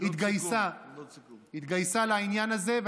התגייסה לעניין הזה.